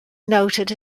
noted